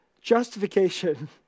justification